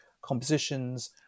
compositions